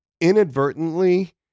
inadvertently